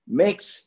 makes